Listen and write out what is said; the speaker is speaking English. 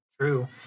true